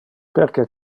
perque